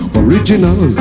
original